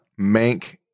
Mank